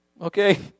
Okay